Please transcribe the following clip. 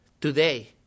today